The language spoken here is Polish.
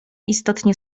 istotnie